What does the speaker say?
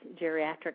geriatric